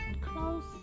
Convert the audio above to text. close